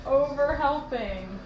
overhelping